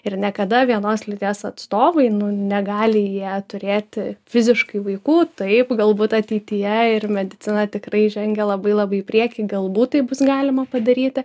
ir niekada vienos lyties atstovai negali jie turėti fiziškai vaikų taip galbūt ateityje ir medicina tikrai žengia labai labai į priekį galbūt tai bus galima padaryti